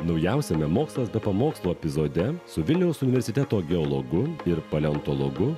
naujausiame mokslas be pamokslo epizode su vilniaus universiteto geologu ir paleontologu